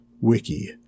wiki